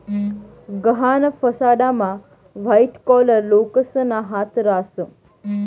गहाण फसाडामा white collar लोकेसना हात रास